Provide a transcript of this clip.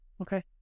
Okay